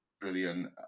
brilliant